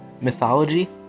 mythology